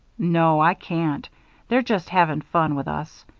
no, i can't they're just havin' fun with us.